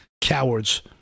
Cowards